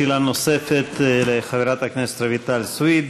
שאלה נוספת לחברת הכנסת רויטל סויד,